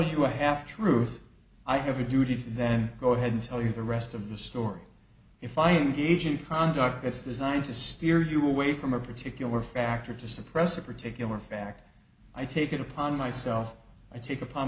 you a half truth i have a duty to then go ahead and tell you the rest of the story if i engage in conduct that's designed to steer you away from a particular factor to suppress a particular fact i take it upon myself i take upon